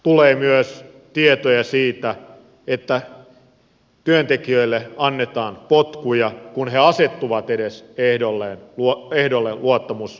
tulee myös tietoja siitä että työntekijöille annetaan potkuja kun he asettuvat edes ehdolle luottamusmieheksi